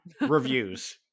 Reviews